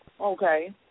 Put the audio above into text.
Okay